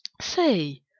Say